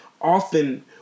often